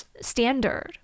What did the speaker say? standard